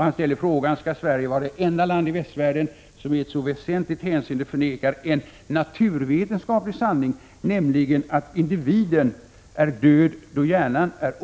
Han ställer frågan: ”Skall Sverige vara det enda land i västvärlden som i ett så väsentligt hänseende förnekar en naturvetenskaplig sanning, nämligen att individen är död då hjärnan är